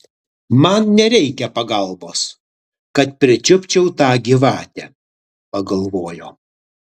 man nereikia pagalbos kad pričiupčiau tą gyvatę pagalvojo